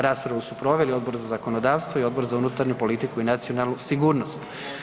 Raspravu su proveli Odbor za zakonodavstvo i Odbor za unutarnju politiku i nacionalnu sigurnost.